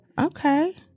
Okay